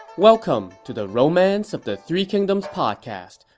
welcome to the romance of the three kingdoms podcast.